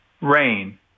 rain